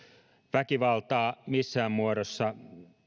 väkivaltaa missään muodossa